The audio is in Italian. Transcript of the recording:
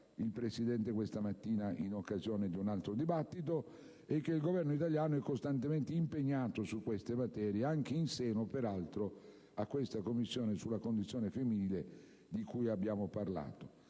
il Presidente questa mattina in occasione di un altro dibattito, e che il Governo italiano è costantemente impegnato su queste materie anche in seno, peraltro, a questa Commissione sulla condizione femminile di cui abbiamo parlato.